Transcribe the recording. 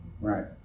Right